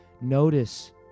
Notice